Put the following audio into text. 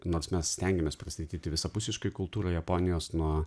nors mes stengiamės pristatyti visapusiškai kultūrą japonijos nuo